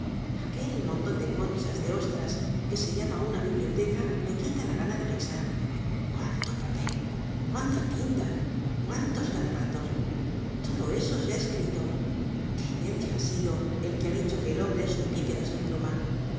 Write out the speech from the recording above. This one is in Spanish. aquel monton de conchas de ostras que se llama una biblioteca me quita la gana de pensar cuánto papel cuánta tinta cuántos garabatos todo eso se ha escrito qué necio ha sido el que ha dicho que el hombre es un bípedo sin pluma